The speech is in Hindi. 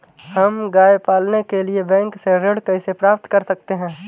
हम गाय पालने के लिए बैंक से ऋण कैसे प्राप्त कर सकते हैं?